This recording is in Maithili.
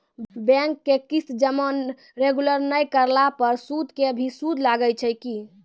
बैंक के किस्त जमा रेगुलर नै करला पर सुद के भी सुद लागै छै कि?